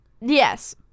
Yes